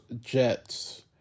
Jets